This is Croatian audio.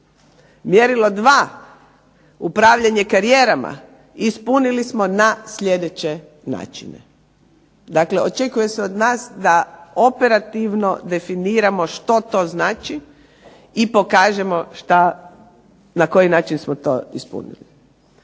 Mjerilo dva upravljanje karijerama ispunili smo na sljedeće načine. Dakle očekuje se od nas da operativno definiramo što to znači i pokažemo šta, na koji način smo to ispunili.